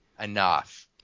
enough